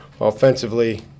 Offensively